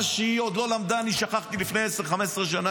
מה שהיא עוד לא למדה אני שכחתי לפני עשר, 15 שנה.